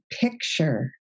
picture